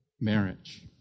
marriage